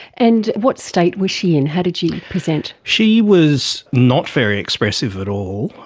and what state was she in, how did she like present? she was not very expressive at all.